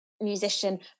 musician